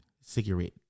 cigarette